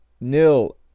nil